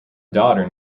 daughter